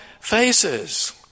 faces